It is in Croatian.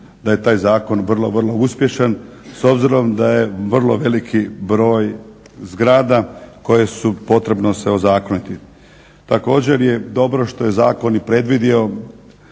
da je taj zakon vrlo, vrlo uspješan s obzirom da je vrlo veliki broj zgrada koje su potrebno se ozakoniti. Također je dobro što je zakon i predvidio